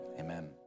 amen